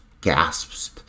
gasps